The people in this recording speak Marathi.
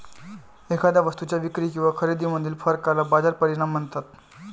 एखाद्या वस्तूच्या विक्री किंवा खरेदीमधील फरकाला बाजार परिणाम म्हणतात